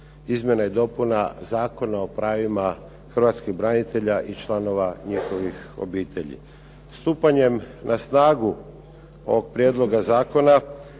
izmjena i dopuna Zakona o pravima Hrvatskih branitelja i članova njihovih obitelji. Stupanjem na snagu ovog prijedloga zakona,